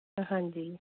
ਹਾਂਜੀ